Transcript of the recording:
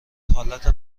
حالت